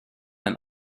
and